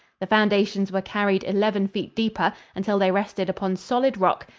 the foundations were carried eleven feet deeper, until they rested upon solid rock,